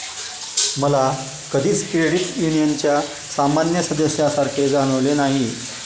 मला कधीच क्रेडिट युनियनच्या सामान्य सदस्यासारखे जाणवले नाही